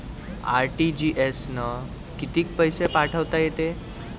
RTGS न कितीक पैसे पाठवता येते?